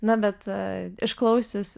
na bet išklausius